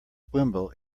wimble